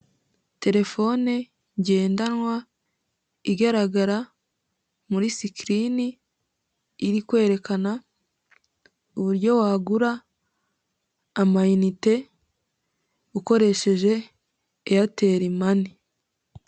Telefone ngendanwa, igaragara muri sikirini, irikwerekana uburyo wagura ama inite ukoresheje Airtel money.